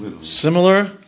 similar